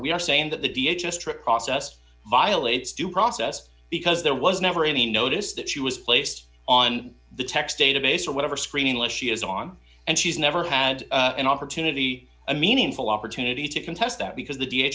we are saying that the da just tripped process violates due process because there was never any notice that she was placed on the text database or whatever screening list she is on and she's never had an opportunity a meaningful opportunity to contest that because the d